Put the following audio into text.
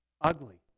ugly